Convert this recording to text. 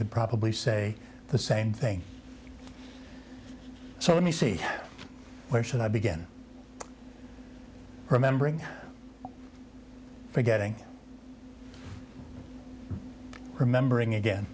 could probably say the same thing so let me see where should i begin remembering forgetting remembering again